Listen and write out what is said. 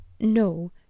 no